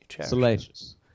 salacious